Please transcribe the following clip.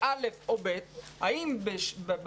שאלה נוספת וחשובה היא האם ייתכן ש- 35% מהעובדים שהעסקתם,